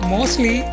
Mostly